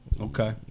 Okay